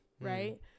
right